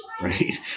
right